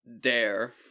Dare